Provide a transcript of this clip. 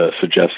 suggest